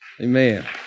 Amen